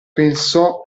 pensò